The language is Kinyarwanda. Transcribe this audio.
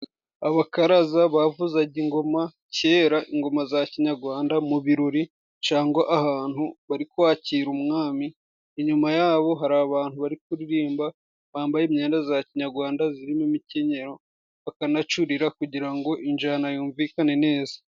Abakaraza bavuzaga ingoma kera ingoma za kinyarwanda mu birori cangwa ahantu bari kwakira Umwami , inyuma yabo hari abantu bari kuririmba bambaye imyenda za kinyarwanda zirimo imikenyero bakanacurira kugira ngo injana yumvikane neza.